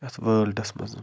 یَتھ وٲلڈَس منٛز